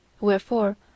Wherefore